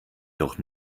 doch